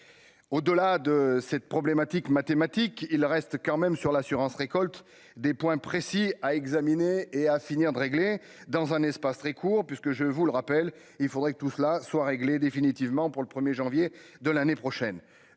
au-delà de cette problématique, mathématiques, il reste quand même sur l'assurance-récolte des points précis à examiner et à finir de régler dans un espace très court puisque je vous le rappelle, il faudrait que tout cela soit réglé définitivement pour le 1er janvier de l'année prochaine,